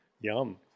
Yum